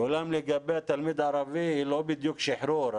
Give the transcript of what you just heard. אולם לגבי התלמיד הערבי, היא לא בדיוק שיחרר.